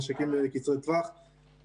שנמצאים שם עכשיו מכל הגוונים שיש.